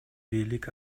бийлик